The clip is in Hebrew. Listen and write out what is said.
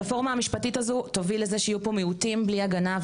הרפורמה המשפטית הזו תוביל לזה שיהיו פה מיעוטים בלי הגנה,